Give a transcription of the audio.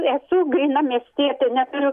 esu gryna miestietė neturiu